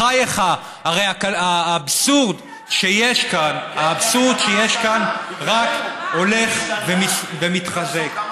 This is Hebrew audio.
בחייך, הרי האבסורד שיש כאן רק הולך ומתחזק.